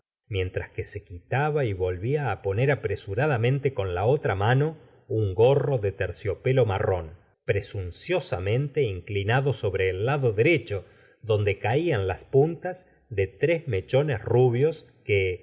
mientras que se quitaba y volvía á poner apresuradamente con la otra mano un gorro de terciopelo marrón presunciosamente inclinado sobre el lado derecho donde caían las puntas de tres mechones rubios que